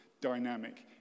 dynamic